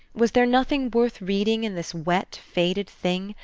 was there nothing worth reading in this wet, faded thing,